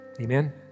Amen